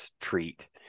treat